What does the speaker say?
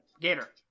Gator